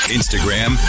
Instagram